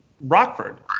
Rockford